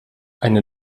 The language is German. eine